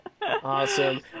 Awesome